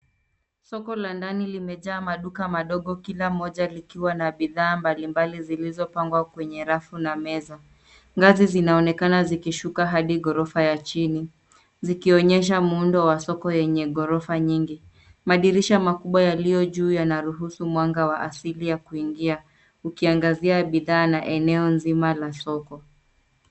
Soko la ndani limejaa maduka madogo kila moja likiwa na bidhaa mbalimbali zilizopangwa kwenye rafu na meza. Ngazi zinaonekana zikishuka hadi ghorofa ya chini zikionyesha muundo wa soko yenye ghorofa nyingi. Madirisha makubwa yaliyo juu yanaruhusu mwanga wa asili ya kuingia ukiangazia bidhaa na eneo nzima la soko.